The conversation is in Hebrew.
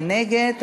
מי נגד?